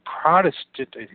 Protestant